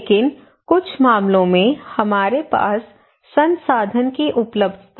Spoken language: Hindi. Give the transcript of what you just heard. लेकिन कुछ मामलों में हमारे पास संसाधन की उपलब्धता कम है